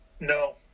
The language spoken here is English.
No